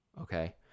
okay